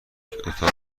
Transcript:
اتاق